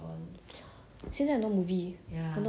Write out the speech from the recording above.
got the mulan I watch mulan